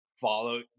follow